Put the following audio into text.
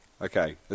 Okay